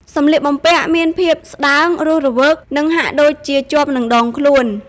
សម្លៀកបំពាក់មានភាព ស្តើង រស់រវើក និងហាក់ដូចជាជាប់នឹងដងខ្លួន។